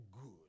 good